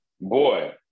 boy